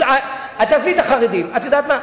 את יודעת מה?